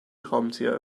schraubenzieher